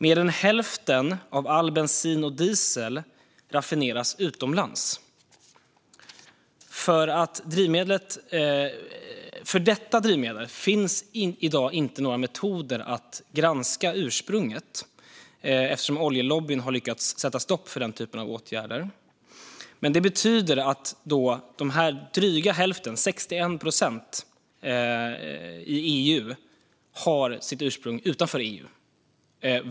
Mer än hälften av all bensin och diesel raffineras utomlands. För dessa drivmedel finns i dag inga metoder för att granska ursprunget eftersom oljelobbyn har lyckats sätta stopp för sådana åtgärder. Men det betyder att drygt hälften - 61 procent - i EU har sitt ursprung utanför EU.